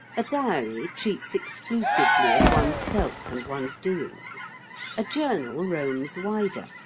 a diary treats exclusively of one's self and one's doings a journal roams wider,